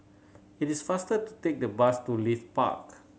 it is faster to take the bus to Leith Park